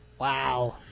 Wow